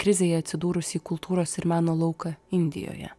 krizėje atsidūrusį kultūros ir meno lauką indijoje